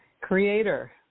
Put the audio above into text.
Creator